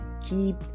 keep